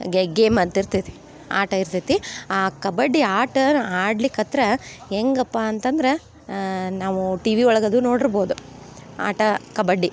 ಗೆ ಗೇಮ್ ಅಂತ ಇರ್ತೈತಿ ಆಟ ಇರ್ತೈತಿ ಆ ಕಬಡ್ಡಿ ಆಟ ಆಡ್ಲಿಕ್ಕತ್ರೆ ಹೆಂಗಪ್ಪ ಅಂತಂದ್ರೆ ನಾವು ಟಿ ವಿ ಒಳಗೆ ಅದು ನೋಡಿರ್ಬೋದು ಆಟ ಕಬಡ್ಡಿ